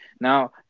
now